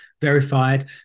verified